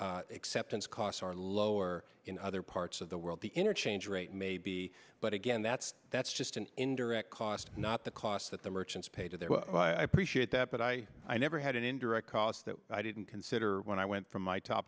that acceptance costs are lower in other parts of the world the interchange rate may be but again that's that's just an indirect cost not the cost that the merchants pay to their i appreciate that but i i never had an indirect cost that i didn't consider when i went from my top